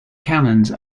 cannons